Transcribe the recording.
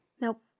Nope